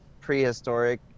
prehistoric